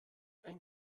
ein